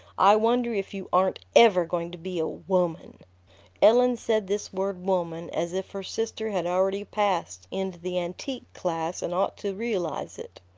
i wonder if you aren't ever going to be a woman ellen said this word woman as if her sister had already passed into the antique class and ought to realize it.